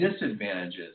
disadvantages